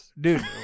Dude